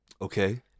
Okay